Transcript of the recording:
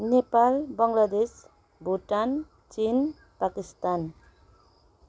नेपाल बङ्गलादेश भुटान चिन पाकिस्तान